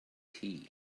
tea